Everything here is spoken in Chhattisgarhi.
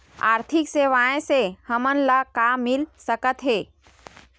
आर्थिक सेवाएं से हमन ला का मिल सकत हे?